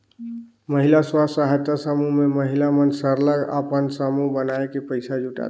महिला स्व सहायता समूह में महिला मन सरलग अपन समूह बनाए के पइसा जुटाथें